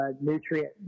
nutrient